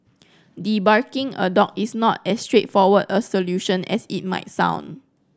debarking a dog is not as straightforward a solution as it might sound